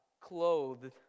Clothed